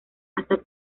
hasta